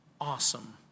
awesome